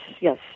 yes